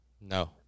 No